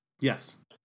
Yes